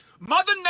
Mother